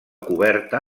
coberta